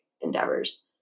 endeavors